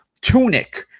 Tunic